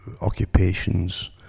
occupations